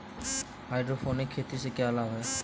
Hydroponic खेती से क्या लाभ हैं?